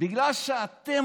בגלל שאתם,